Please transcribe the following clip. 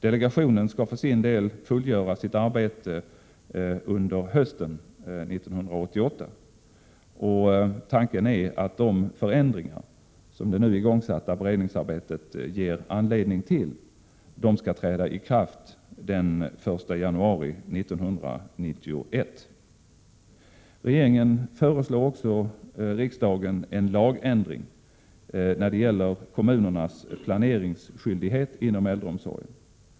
Delegationen skall för sin del slutföra arbetet under hösten 1988, och tanken är att de förändringar som det nu igångsatta beredningsarbetet ger anledning till skall träda i kraft den 1 januari 1991. Regeringen föreslår också riksdagen en lagändring när det gäller kommunernas planeringsskyldighet inom äldreomsorgen.